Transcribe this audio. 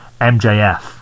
MJF